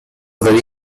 very